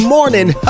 Morning